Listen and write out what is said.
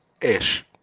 ish